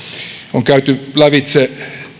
on käyty lävitse